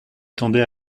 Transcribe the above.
tendait